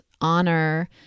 honor